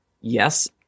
Yes